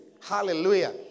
hallelujah